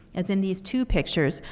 as in these two pictures,